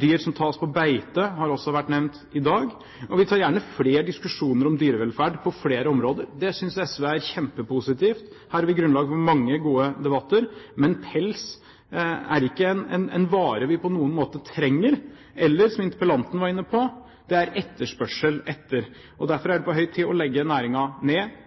Dyr som tas på beite, har også vært nevnt i dag, og vi tar gjerne flere diskusjoner om dyrevelferd på flere områder. Det synes SV er kjempepositivt. Her er det grunnlag for mange gode debatter, men pels er ikke en vare vi på noen måte trenger eller, som interpellanten var inne på, som det er etterspørsel etter. Derfor er det på høy tid å legge næringen ned